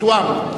תואם.